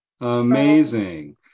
Amazing